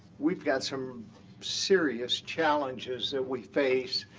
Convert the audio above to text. we've got some serious challenges that we face.